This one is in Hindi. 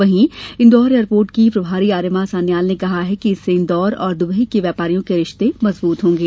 वहीं इंदौर एयरपोर्ट की प्रभारी आर्यमा सान्याल ने कहा कि इससे इंदौर और दुबई के व्यापारियों के रिश्ते मजबूत होंगे